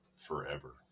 forever